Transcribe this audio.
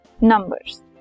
numbers